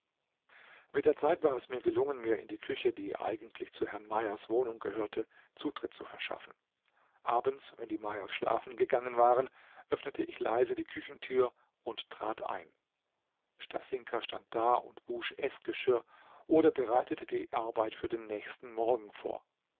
mit der zeit war es mir gelungen mir in die küche die eigentlich zu herrn mayers wohnung gehörte zutritt zu verschaffen abends wenn mayers schlafen gegangen waren öffnete ich leise die küchentür und trat ein stasinka stand da und wusch eßgeschirr oder bereitete die arbeit für den nächsten morgen vor